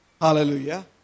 Hallelujah